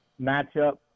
matchup